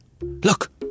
Look